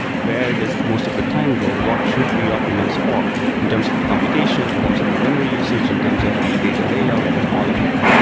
where does most of the time go? what should be optimized for in terms of the computations, in terms of the memory usage, in terms of the data layout and all of that?